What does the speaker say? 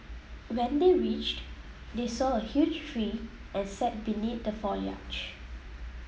when they reached they saw a huge tree and sat beneath the foliage